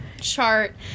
chart